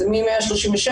זה מ-136,